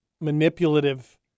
manipulative